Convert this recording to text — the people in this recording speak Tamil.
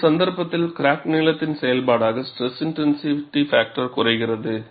ஒரு சந்தர்ப்பத்தில் கிராக் நீளத்தின் செயல்பாடாக SIF குறைகிறது